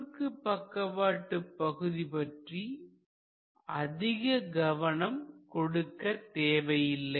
குறுக்கு பக்கவாட்டு பகுதி பற்றி அதிகம் கவனம் கொடுக்க தேவையில்லை